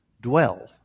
dwell